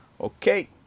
Okay